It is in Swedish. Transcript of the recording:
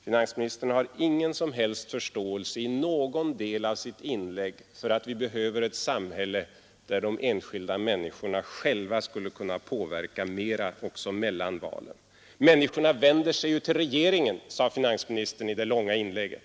Finansministern visar ingen som helst förståelse, i någon del av sitt inlägg, för att vi behöver ett samhälle där de enskilda människorna själva skulle kunna påverka utvecklingen i högre grad också mellan valen. Människorna vänder sig till regeringen, sade finansministern i sitt långa inlägg.